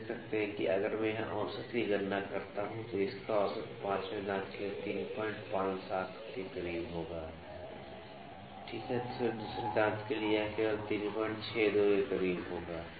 हम देख सकते हैं कि अगर मैं यहां औसत की गणना करता हूं तो इसका औसत 5 वें दांत के लिए 357 के करीब होगा ठीक है दूसरे दांत के लिए यह केवल 362 के करीब होगा